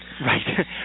Right